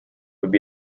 would